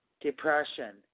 depression